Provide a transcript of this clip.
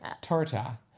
Torta